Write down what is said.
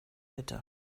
bitte